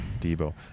Debo